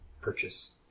purchase